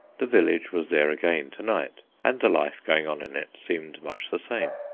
the village was there again to-night, and the life going on in it seemed much the same.